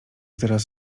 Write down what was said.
teraz